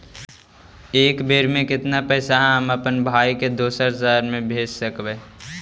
एक बेर मे कतना पैसा हम अपन भाइ के दोसर शहर मे भेज सकबै?